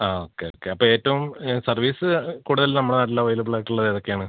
ആ okay okay അപ്പോള് ഏറ്റവും സർവീസ് കൂടുതല് നമ്മളുടെ നാട്ടിലവൈലബ്ളായിട്ടുള്ളതേതൊക്കെയാണ്